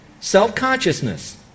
self-consciousness